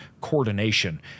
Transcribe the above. coordination